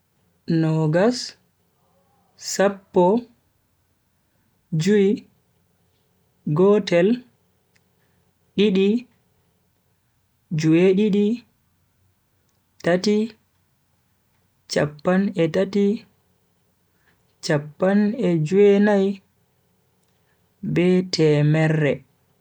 Nogas, sappo, jui, gotel, di-di, ju'e di-di, tati, chappan e tati, chappan e ju'e nai be temerre.